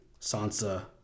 Sansa